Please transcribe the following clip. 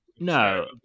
No